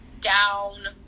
Down